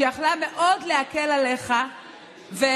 שהייתה יכולה להקל עליך מאוד.